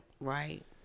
Right